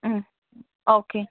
ம் ஓகே